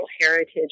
heritage